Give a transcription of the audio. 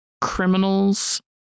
criminals